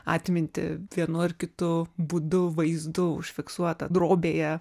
atmintį vienu ar kitu būdu vaizdu užfiksuotą drobėje